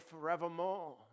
forevermore